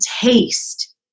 taste